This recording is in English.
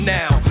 now